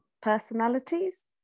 personalities